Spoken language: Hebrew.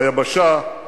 ביבשה, במטס.